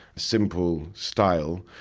simple style,